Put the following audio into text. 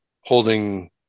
holding